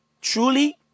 Truly